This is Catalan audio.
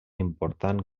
important